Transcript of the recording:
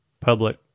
public